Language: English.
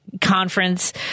conference